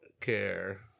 care